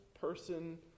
person